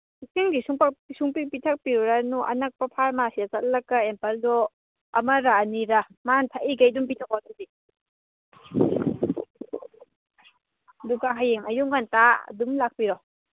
ꯏꯁꯤꯡꯗꯤ ꯁꯨꯡꯄꯤ ꯄꯤꯊꯛꯄꯤꯔꯨꯔꯅꯨ ꯑꯅꯛꯄ ꯐꯥꯔꯃꯥꯁꯤꯗ ꯆꯠꯂꯒ ꯑꯦꯝꯄꯜꯗꯣ ꯑꯃꯔꯥ ꯑꯅꯤꯔꯥ ꯃꯥꯅ ꯊꯛꯏꯕꯃꯈꯩ ꯑꯗꯨꯝ ꯄꯤꯊꯛꯑꯣ ꯑꯗꯨꯗꯤ ꯑꯗꯨꯒ ꯍꯌꯦꯡ ꯑꯌꯨꯛ ꯉꯟꯇꯥ ꯑꯗꯨꯝ ꯂꯥꯛꯄꯤꯔꯣ